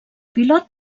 pilot